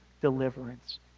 deliverance